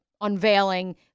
unveiling –